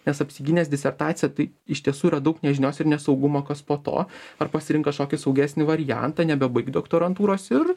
nes apsigynęs disertaciją tai iš tiesų yra daug nežinios ir nesaugumo kas po to ar pasirinkt kažkokį saugesnį variantą nebebaigt doktorantūros ir